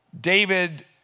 David